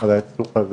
על העיסוק הזה,